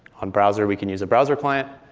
on browser, we can use a browser client.